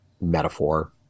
metaphor